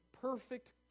perfect